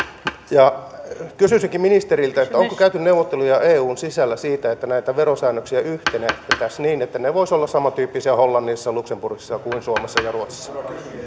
kysyisinkin ministeriltä onko käyty neuvotteluja eun sisällä siitä että näitä verosäännöksiä yhtenäistettäisiin niin että ne voisivat olla samantyyppisiä hollannissa luxemburgissa kuin suomessa ja ruotsissa